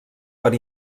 per